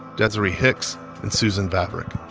desiree hicks and susan vavrick.